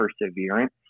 perseverance